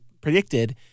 predicted